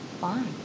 fine